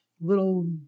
little